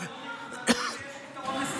אבל השר, יש פתרון נקודתי ויש פתרון אסטרטגי.